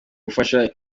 gufasha